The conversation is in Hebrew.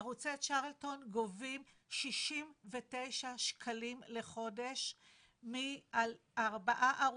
ערוצי צ'רלטון גובים שישים ותשעה שקלים לחודש על ארבעה ערוצים,